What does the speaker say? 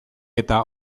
eta